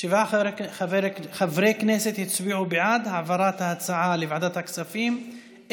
שבעה חברי כנסת הצביעו בעד העברת ההצעה לוועדת הכספים,